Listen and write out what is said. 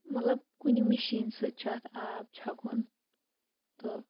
مَطلَب کُنہِ مِشیٖن سۭتۍ چھُ اتھ آب چھَکُن تہٕ